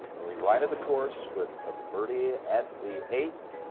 he righted the course with a birdie at the eighth